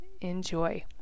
enjoy